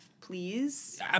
please